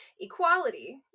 Equality